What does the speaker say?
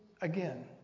again